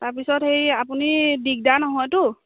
তাৰপিছত হেৰি আপুনি দিগদাৰ নহয়তো